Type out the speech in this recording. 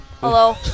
Hello